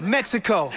Mexico